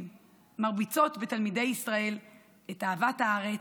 מרביצות בתלמידי ישראל את אהבת הארץ,